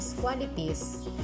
qualities